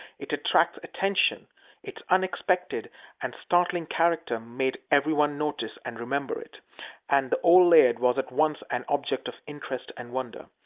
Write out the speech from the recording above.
it attracted attention its unexpected and startling character made every one notice and remember it and the old laird was at once an object of interest and wonder.